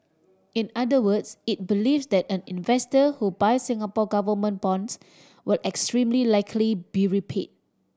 in other words it believes that an investor who buys Singapore Government bonds will extremely likely be repay